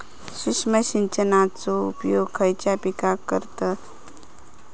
सूक्ष्म सिंचनाचो उपयोग खयच्या पिकांका करतत?